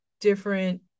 different